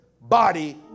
body